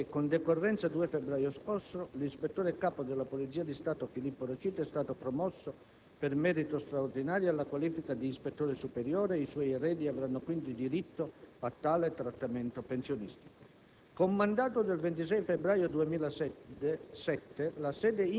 e sarà aggiornato sulla base dei relativi aumenti di stipendio. Questo perché, con decorrenza del 2 febbraio scorso, l'ispettore capo della Polizia di Stato Filippo Raciti è stato promosso, per merito straordinario, alla qualifica di ispettore superiore e i suoi eredi avranno quindi diritto a tale trattamento pensionistico.